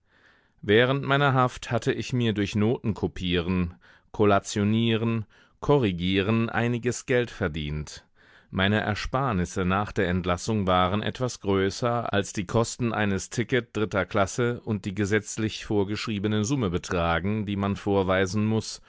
während meiner haft hatte ich mir durch notenkopieren kollationieren korrigieren einiges geld verdient meine ersparnisse nach der entlassung waren etwas größer als die kosten eines ticket dritter klasse und die gesetzlich vorgeschriebene summe betragen die man vorweisen muß